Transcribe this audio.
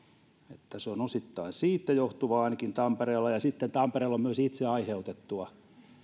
että se on osittain siitä johtuvaa ainakin tampereella sitten tampereella on myös itse aiheutettua